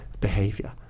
behavior